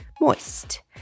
moist